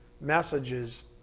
messages